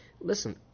Listen